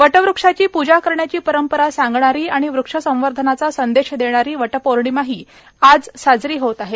वटवक्षाची पृजा करण्याची परंपरा सांगणारी आणि वक्ष संवर्धनाचा संदेश देणारी वटपौर्णिमाही आज साजरी होत आहे